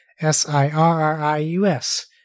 S-I-R-R-I-U-S